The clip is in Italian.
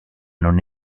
non